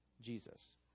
Jesus